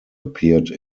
appeared